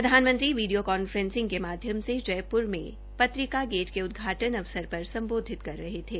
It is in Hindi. प्रधानमंत्री वीडियो कांफ्रेसिंग के माध्यम से जयप्र में पत्रिका गेट के उदघाटन् अवसर पर सम्बोधित कर रहे थे